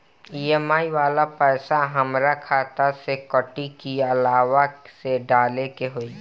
EMI वाला पैसा हाम्रा खाता से कटी की अलावा से डाले के होई?